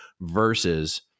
versus